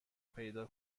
پیدا